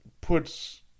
puts